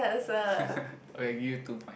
okay I give you two point